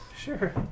Sure